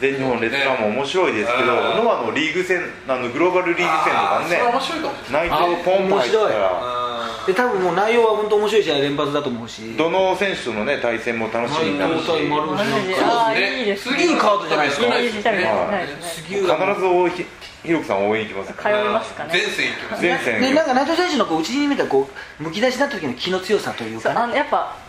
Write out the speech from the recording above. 全日本のレスラーも面白いですけど、ね。うん。ノアのリーグ戦、あの、グローバルリーグ戦とかね、あー、それ面白いかもしれない。内藤ポンと入ってたら。面白い。うん。で、多分もう内容は本当面白い試合連発だと思うし。どの選手とのね、対戦も楽しみになる内藤対丸藤楽しみで。し。あー、か。いいですね。そうですね。杉浦とかでは少ないですよね。いいカードじゃないですか。いいですね。ね。はい。杉浦も。必ず大井ひ- ひろきさん応援行きますから。通いますかね。前線行きますね。前線行きます。で、なんか内藤選手のこう、内に見たこう、むき出しになった時の気の強さというかね。そう、あの、やっぱ、